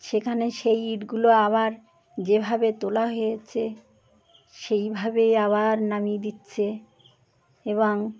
সেখানে সেই ইটগুলো আবার যেভাবে তোলা হয়েছে সেইভাবেই আবার নামিয়ে দিচ্ছে এবং